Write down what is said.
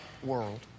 world